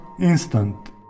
instant